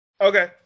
Okay